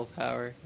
power